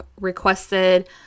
requested